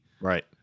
Right